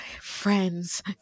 friends